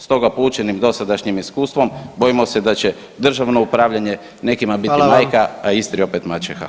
Stoga poučeni dosadašnjim iskustvom bojimo se da će državno upravljanje nekima biti [[Upadica: Hvala vam.]] majka, a Istri opet maćeha.